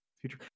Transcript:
future